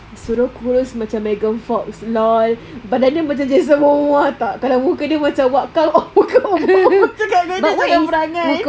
suruh kurus macam megan fox lol badan dia macam jason momoa tak kalau muka dia macam wak kau cakap dengan dia jangan berangan